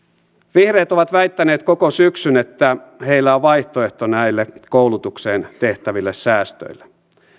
vihreät ovat väittäneet koko syksyn että heillä on vaihtoehto näille koulutukseen tehtäville säästöille